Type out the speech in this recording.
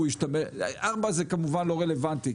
ארבע זה כמובן לא רלוונטי,